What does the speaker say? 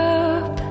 up